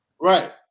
Right